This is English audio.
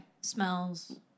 Smells